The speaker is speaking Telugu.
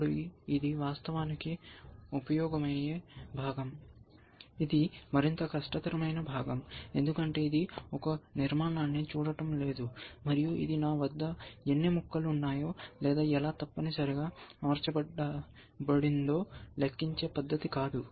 ఇప్పుడు ఇది వాస్తవానికి ఉపాయమైన భాగం ఇది మరింత కష్టతరమైన భాగం ఎందుకంటే ఇది ఒక నిర్మాణాన్ని చూడటం లేదు మరియు ఇది నా వద్ద ఎన్ని ముక్కలు ఉన్నాయో లేదా ఎలా తప్పనిసరిగా అమర్చబడిందో లెక్కించే పద్ధతి కాదు